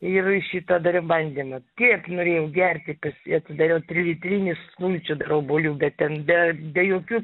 ir šitą dariau bandymą tiek norėjau gerti tas tai atsidariau trilitrinį sulčių dar obuolių bet ten be be jokių